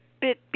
bit